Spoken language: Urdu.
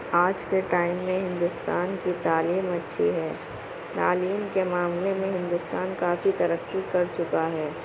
آج کے ٹائم میں ہندوستان کی تعلیم اچھی ہے تعلیم کے معاملے میں ہندوستان کافی ترقی کر چکا ہے